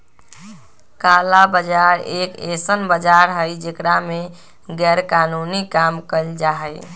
काला बाजार एक ऐसन बाजार हई जेकरा में गैरकानूनी काम कइल जाहई